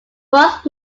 both